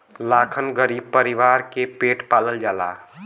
लाखन गरीब परीवार के पेट पालल जाला